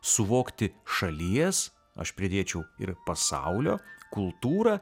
suvokti šalies aš pridėčiau ir pasaulio kultūrą